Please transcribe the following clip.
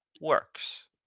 works